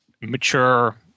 mature